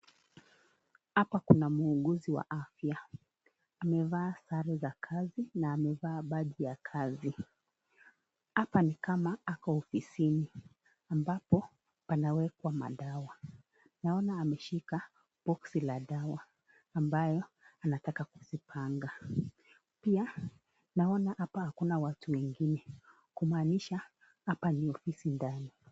Hapa kuna muuguzi wa afya, amevaa sare za kazi na amevaa baji ya kazi. Hapa ni kama ako ofisini, ambapo panawekwa madawa. Naona ameshika boksi la dawa ambayo anataka kutupa anga. Pia naona hakuna watu wengine. Kumaanisha hapa ni ofisi ndani.